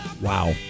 Wow